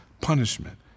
punishment